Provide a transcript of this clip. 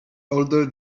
older